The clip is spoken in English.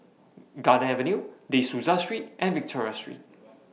Garden Avenue De Souza Street and Victoria Street